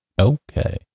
Okay